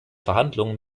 verhandlungen